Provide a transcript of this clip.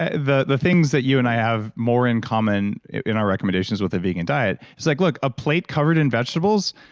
ah the the things that you and i have more in common in our recommendations in a vegan diet is like look, a plate covered in vegetables,